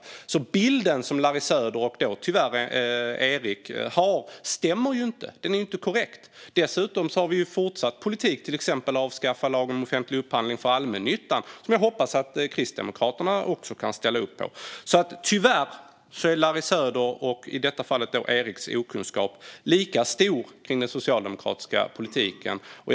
Den bild som Larry Söder och, tyvärr, Erik har stämmer inte. Den är inte korrekt. Dessutom har vi fortsatt med en politik för att till exempel avskaffa lagen om offentlig upphandling för allmännyttan, och det hoppas jag att Kristdemokraterna också kan ställa upp på. Tyvärr är Larry Söders och, i detta fall, Eriks okunskap om den socialdemokratiska politiken lika stor.